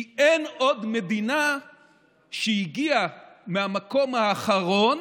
כי אין עוד מדינה שהגיעה מהמקום האחרון